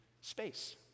space